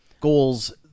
goals